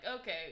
okay